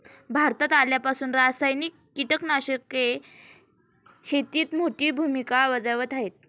भारतात आल्यापासून रासायनिक कीटकनाशके शेतीत मोठी भूमिका बजावत आहेत